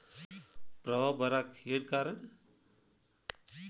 ಪ್ರವಾಹ ಬರಾಕ್ ಏನ್ ಕಾರಣ?